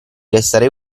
restare